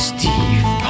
Steve